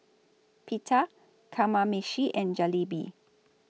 Pita Kamameshi and Jalebi